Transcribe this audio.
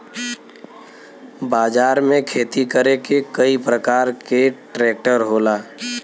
बाजार में खेती करे के कई परकार के ट्रेक्टर होला